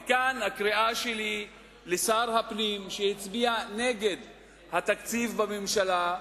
וכאן הקריאה שלי לשר הפנים שהצביע נגד התקציב בממשלה.